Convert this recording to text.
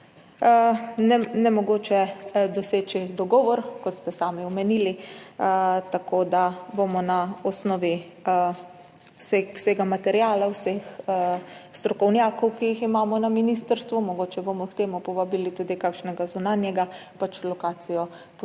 nemogoče doseči dogovor, kot ste sami omenili. Tako da bomo na osnovi vsega materiala, vseh strokovnjakov, ki jih imamo na ministrstvu, mogoče bomo k temu povabili tudi kakšnega zunanjega, lokacijo poskušali